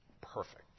perfect